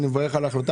אני מברך על החלטה,